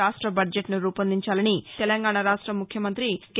రాష్ట బడ్జెట్ను రూపొందించాలని తెలంగాణ రాష్ట ముఖ్యమంత్రి కె